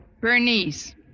Bernice